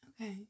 Okay